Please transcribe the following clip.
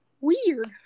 weird